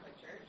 church